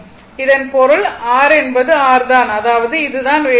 இதன் பொருள் இது r என்பது r தான் அதாவது இது தான் வேவ்பார்ம்